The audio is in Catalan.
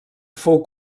fou